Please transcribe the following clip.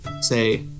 say